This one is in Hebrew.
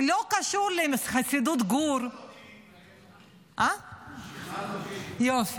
שלא קשור לחסידות גור --- שכנעת אותי --- יופי.